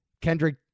Kendrick